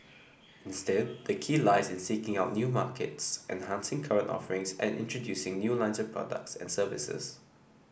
instead the key lies in seeking out new markets enhancing current offerings and introducing new lines of products and services